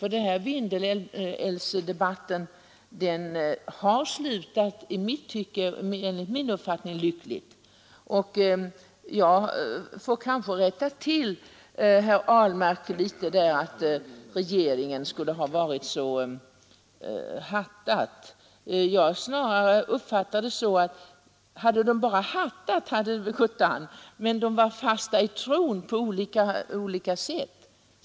Vindelälvsdebatten har enligt min uppfattning slutat lyckligt. Jag får kanske rätta herr Ahlmark litet när han säger att regeringen skulle ha hattat. Om de bara hattat hade gått an, men de var fasta i tron, på olika sätt.